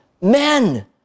men